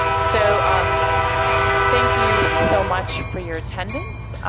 so um thank you so much for your attendance.